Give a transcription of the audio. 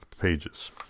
pages